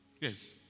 Yes